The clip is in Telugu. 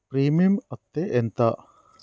ప్రీమియం అత్తే ఎంత?